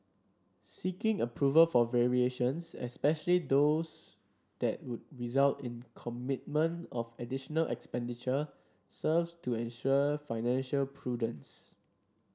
seeking approval for variations especially those that would result in commitment of additional expenditure serve to ensure financial prudence